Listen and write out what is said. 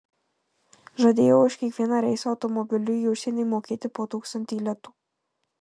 žadėjo už kiekvieną reisą automobiliu į užsienį mokėti po tūkstantį litų